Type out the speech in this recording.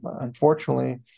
unfortunately